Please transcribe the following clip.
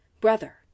Brother